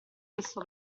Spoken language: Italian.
questo